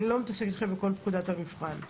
אני לא מתעסקת איתכם בכל פקודת המבחן.